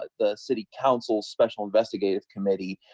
the city council special investigative committee.